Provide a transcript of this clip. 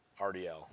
RDL